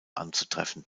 anzutreffen